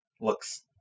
looks